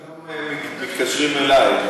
אני מבטיח לך שמתקשרים גם אלי.